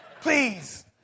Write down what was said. Please